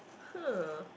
hmm